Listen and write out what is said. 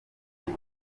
nabi